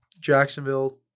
Jacksonville